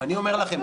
אני אומר לכם,